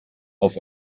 auf